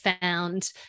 found